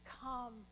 come